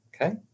Okay